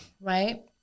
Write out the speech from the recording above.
Right